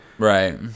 Right